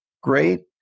great